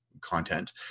content